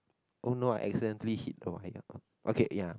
oh no I accidentally hit okay ya